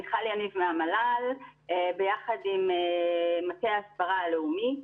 מיכל יניב מהמל"ל ביחד עם מטה ההסברה הלאומי,